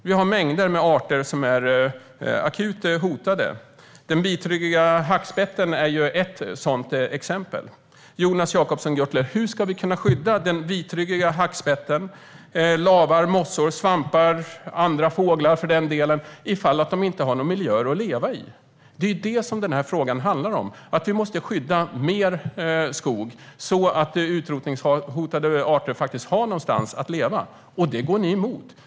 Vi har mängder med arter som är akut hotade. Den vitryggiga hackspetten är ett sådant exempel. Hur ska vi kunna skydda denna fågel och andra fåglar, för den delen, lavar och mossor om de inte har några miljöer att leva i, Jonas Jacobsson Gjörtler? Det är det som frågan handlar om. Vi måste skydda mer skog så att utrotningshotade arter har någonstans att leva. Det går ni emot.